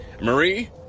Marie